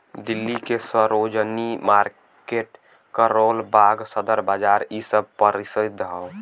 दिल्ली के सरोजिनी मार्किट करोल बाग सदर बाजार इ सब परसिध हौ